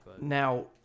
Now